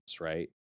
right